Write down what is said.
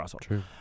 True